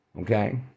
Okay